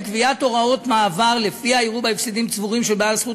בהם קביעת הוראת מעבר שלפיה יראו בהפסדים צבורים של בעל זכות